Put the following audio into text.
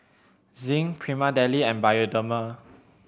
Zinc Prima Deli and Bioderma